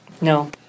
No